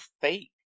fake